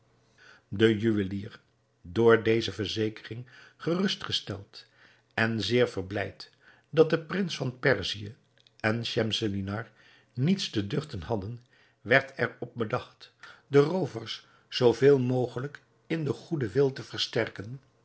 de juwelier door deze verzekering gerustgesteld en zeer verblijd dat de prins van perzië en schemselnihar niets te duchten hadden werd er op bedacht de roovers zou veel mogelijk in den goeden wil te versterken